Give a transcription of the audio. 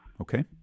Okay